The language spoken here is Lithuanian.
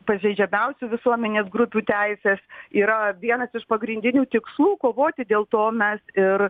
pažeidžiamiausių visuomenės grupių teises yra vienas iš pagrindinių tikslų kovoti dėl to mes ir